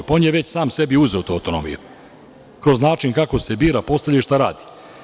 On je već sam sebi već uzeo tu autonomiju kroz način kako se bira, postavlja i šta radi.